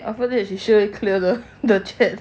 after that she straight away clear the chat